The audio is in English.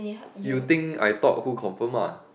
you think I thought who confirm ah